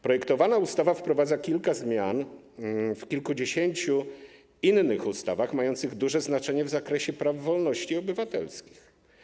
Projektowana ustawa wprowadza kilka zmian w kilkudziesięciu innych ustawach, mających duże znaczenie w zakresie praw wolności obywatelskich.